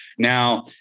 Now